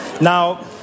Now